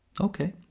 Okay